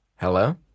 hello